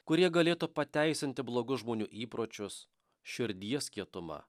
kurie galėtų pateisinti blogus žmonių įpročius širdies kietumą